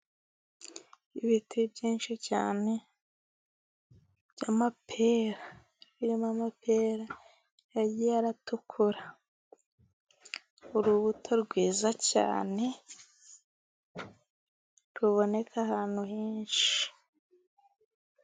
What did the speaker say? Ibiti byinshi cyane by'amapera, birimo amapera yagiye aratukura, urubuto rwiza cyane ruboneka ahantu henshi.